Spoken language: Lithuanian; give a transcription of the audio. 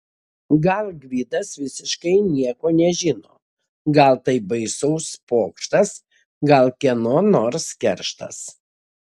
gal gvidas visiškai nieko nežino gal tai baisus pokštas gal kieno nors kerštas